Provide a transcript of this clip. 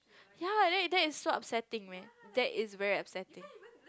ya and then it that is so upsetting man that is very upsetting